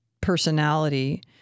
personality